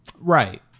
Right